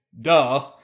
duh